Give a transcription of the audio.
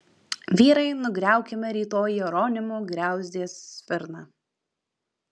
vyrai nugriaukime rytoj jeronimo griauzdės svirną